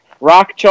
Rock